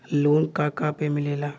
Loan का का पे मिलेला?